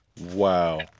Wow